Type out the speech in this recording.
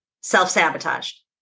self-sabotaged